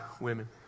women